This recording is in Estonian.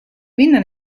minna